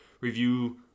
review